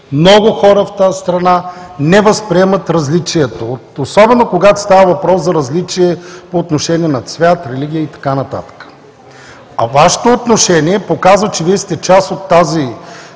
много хора в тази страна не възприемат различието, особено, когато става въпрос за различие по отношение на цвят, религия и така нататък. Вашето отношение показва, че Вие сте част от тази